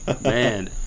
man